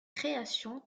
créations